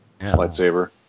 lightsaber